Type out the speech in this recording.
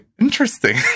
Interesting